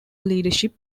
leadership